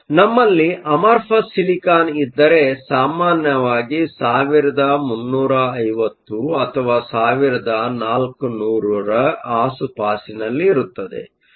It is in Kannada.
ನಮ್ಮಲ್ಲಿ ಅಮರ್ಫಸ್ ಸಿಲಿಕಾನ್amorphous silicon ಇದ್ದರೆ ಸಾಮಾನ್ಯವಾಗಿ 1350 ಅಥವಾ 1400 ರ ಆಸುಪಾಸಿನಲ್ಲಿರುತ್ತದೆ